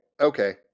okay